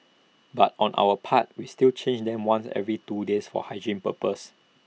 but on our part we still change them once every two days for hygiene purposes